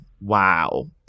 wow